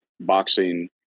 boxing